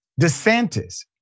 DeSantis